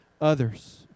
others